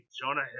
Jonah